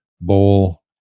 bowl